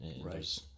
Right